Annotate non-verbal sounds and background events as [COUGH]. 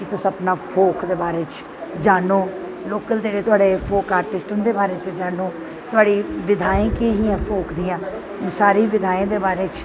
तुस अपना फोक दे बारे च जानों लोकल जेह्ड़े तुंदे फोक आर्टिस्ट होंदे उं'दे बारे च जानो तोआड़ी [UNINTELLIGIBLE] फोक दियां सारी विधाएं दे बारे च